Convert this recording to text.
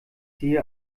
sehe